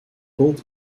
gold